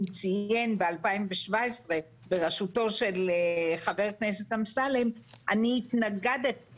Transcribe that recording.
ציין ב-2017 בראשותו של חבר הכנסת אמסלם אני התנגדתי